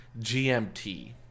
GMT